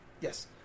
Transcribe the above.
Yes